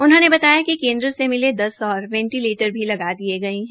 उन्होंने बताया कि केन्द्र से मिले दस और वेंटीलेटर भी लगा दिये गये है